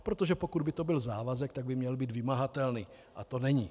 Protože pokud by to byl závazek, tak by měl být vymahatelný a to není.